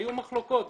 היו מחלוקות.